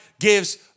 Gives